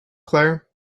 claire